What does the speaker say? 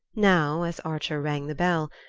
now, as archer rang the bell,